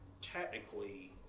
technically